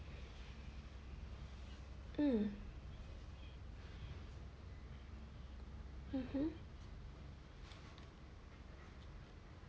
um mmhmm